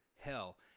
Hell